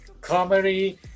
comedy